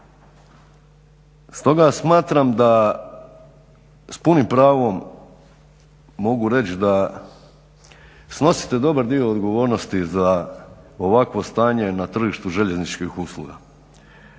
Stoga smatram da s punim pravom mogu reći da snosite dobar dio odgovornosti za ovakvo stanje na tržištu željezničkih usluga.